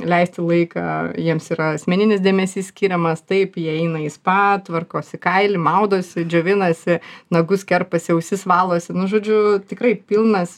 leisti laiką jiems yra asmeninis dėmesys skiriamas taip jie eina į spa tvarkosi kailį maudosi džiovinasi nagus kerpasi ausis valosi nuo žodžiu tikrai pilnas